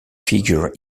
figure